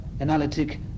analytic